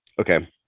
Okay